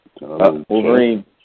Wolverine